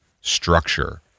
structure